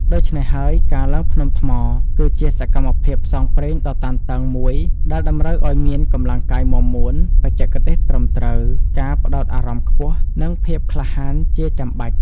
ដូច្នេះហើយ ការឡើងភ្នំថ្ម គឺជាសកម្មភាពផ្សងព្រេងដ៏តានតឹងមួយដែលតម្រូវឱ្យមានកម្លាំងកាយមាំមួន បច្ចេកទេសត្រឹមត្រូវ ការផ្តោតអារម្មណ៍ខ្ពស់ និងភាពក្លាហានជាចាំបាច់។